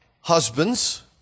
Husbands